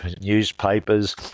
newspapers